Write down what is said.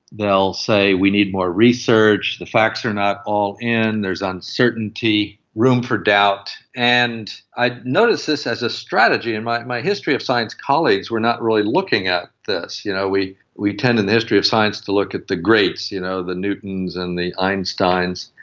they'll say we need more research, the facts are not all in, there is uncertainty, room for doubt. and i'd noticed this as a strategy, and my my history of science colleagues were not really looking at this. you know we we tend in the history of science to look at the greats, you know the newtons and the einsteins,